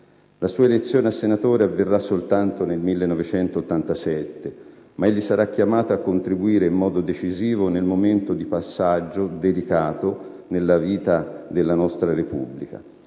La sua elezione a senatore avverrà soltanto nel 1987, ma egli sarà chiamato a contribuire in modo decisivo in un momento di passaggio delicato della vita della Repubblica.